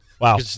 Wow